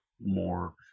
more